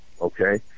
Okay